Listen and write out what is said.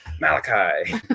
Malachi